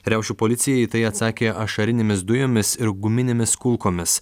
riaušių policija į tai atsakė ašarinėmis dujomis ir guminėmis kulkomis